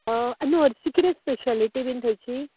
न्हू हरशीं किरें स्पॅशलटी बीन थंयची